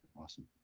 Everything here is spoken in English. awesome